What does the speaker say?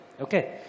okay